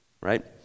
Right